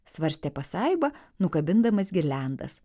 svarstė pasaiba nukabindamas girliandas